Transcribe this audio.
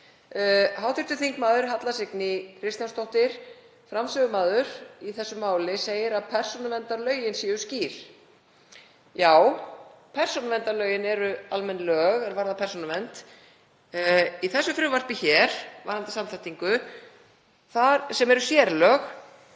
Hv. þm. Halla Signý Kristjánsdóttir, framsögumaður í þessu máli, segir að persónuverndarlögin séu skýr. Já, persónuverndarlögin eru almenn lög er varða persónuvernd. Í þessu frumvarpi hér varðandi samþættingu, þar sem eru sérlög,